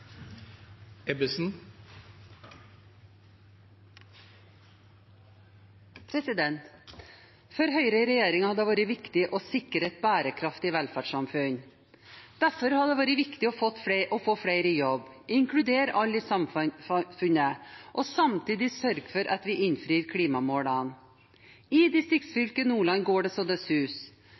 bevare. For Høyre i regjering har det vært viktig å sikre et bærekraftig velferdssamfunn. Derfor har det vært viktig å få flere i jobb, inkludere alle i samfunnet og samtidig sørge for at vi innfrir klimamålene. I distriktsfylket Nordland går det så det